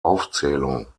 aufzählung